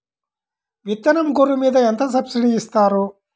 విత్తనం గొర్రు మీద ఎంత సబ్సిడీ ఇస్తారు?